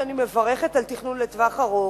אני מברכת על תכנון לטווח ארוך,